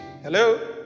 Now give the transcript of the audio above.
hello